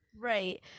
right